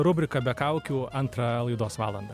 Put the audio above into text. rubrika be kaukių antrą laidos valandą